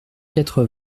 quatre